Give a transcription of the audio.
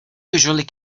usually